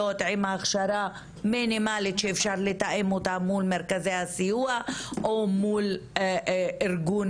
עם הכשרה מינימלית שאפשר לתאם אותה מול מרכזי הסיוע או מול ארגון